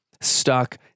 stuck